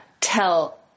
tell